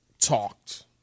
talked